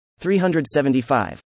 375